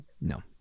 No